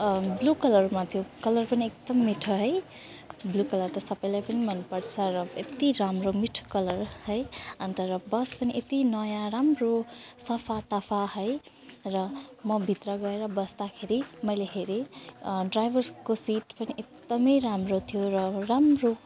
blue कलरमा थियो colour पनि एकदम मिठो है ब्लु कलर त सबैलाई पनि मनपर्छ र यत्ति राम्रो मिठो कलर है अन्त र बस पनि यत्ति नयाँ राम्रो सफाटफा है र म भित्र गएर बस्ताखेरि मैले हेरेँ ड्राइभर्सको सिट पनि एकदमै राम्रो थियो र राम्रो